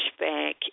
pushback